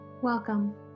Welcome